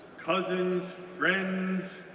cousins, friends,